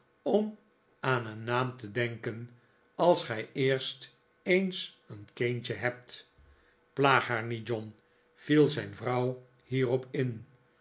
om aan een naam te denken als gij eerst eens een kind hebt plaag haar niet john viel zijn vrouw hierop in